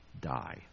die